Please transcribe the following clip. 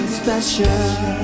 special